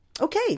Okay